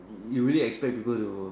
you you really expect people to